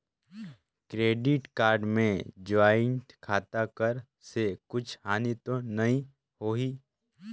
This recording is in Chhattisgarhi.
क्रेडिट कारड मे ज्वाइंट खाता कर से कुछ हानि तो नइ होही?